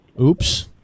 Oops